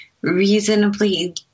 reasonably